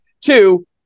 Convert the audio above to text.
Two